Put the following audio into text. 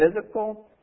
physical